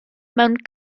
mewn